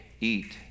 eat